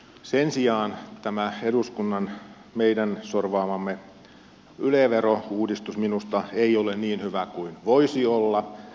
sen sijaan minusta tämä eduskunnan meidän sorvaamamme yle verouudistus ei ole niin hyvä kuin voisi olla